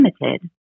limited